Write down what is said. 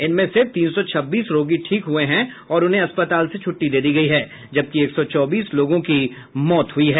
इनमें से तीन सौ छब्बीस रोगी ठीक हुए हैं और उन्हें अस्पताल से छुट्टी दे दी गई है जबकि एक सौ चौबीस लोगों की मौत हुई है